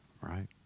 right